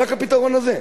רק הפתרון הזה.